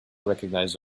recognize